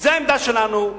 זו העמדה שלנו,